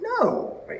No